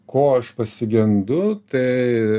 ko aš pasigendu tai